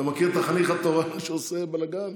אתה מכיר את החניך התורן שעושה בלגן?